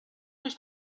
гэж